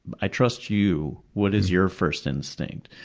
i trust you. what is your first instinct?